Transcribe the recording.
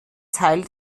teil